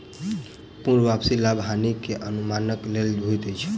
पूर्ण वापसी लाभ हानि के अनुमानक लेल होइत अछि